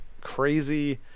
crazy